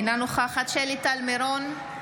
אינה נוכחת שלי טל מירון,